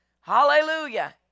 Hallelujah